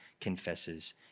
confesses